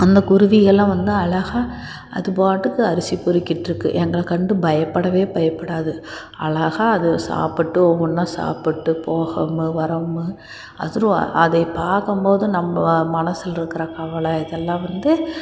அந்த குருவிகள்லாம் வந்து அழகாக அது பாட்டுக்கு அரிசி பொறிக்கிட்ருக்கும் எங்களை கண்டு பயப்படவே பயப்படாது அழகாக அது சாப்பிட்டு ஒவ்வொன்னா சாப்பிட்டு போகவும்மு வர்றவும்மு அதுவும் அதை பார்க்கும்போது நம்ம மனசுலருக்குற கவலை இதெல்லாம் வந்து